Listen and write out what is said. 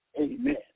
amen